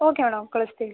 okay madam ಕಳಿಸ್ತೀವಿ